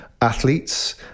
athletes